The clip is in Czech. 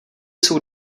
jsou